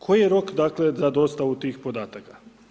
Koji je rok dakle za dostavu tih podataka?